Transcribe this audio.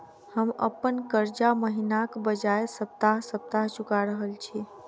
हम अप्पन कर्जा महिनाक बजाय सप्ताह सप्ताह चुका रहल छि